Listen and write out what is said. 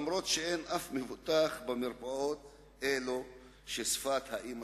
אף שאין אף מבוטח במרפאות אלו ששפת אמו